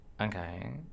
okay